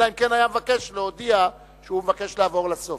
אלא אם כן היה מבקש להודיע שהוא מבקש לעבור לסוף.